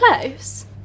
close